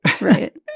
right